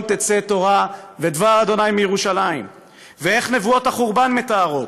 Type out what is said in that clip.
תצא תורה ודבר ה' מירושלם"; ואיך נבואות החורבן מתארות: